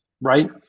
right